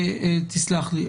תסלח לי.